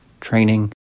training